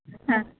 ആ